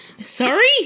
Sorry